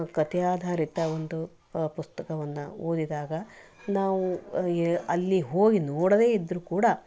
ಕತೆ ಆಧಾರಿತ ಒಂದು ಪುಸ್ತಕವನ್ನು ಓದಿದಾಗ ನಾವು ಅಲ್ಲಿ ಹೋಗಿ ನೋಡದೇ ಇದ್ದರೂ ಕೂಡ